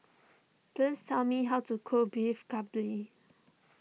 please tell me how to cook Beef Galbi